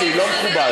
לא מכובד.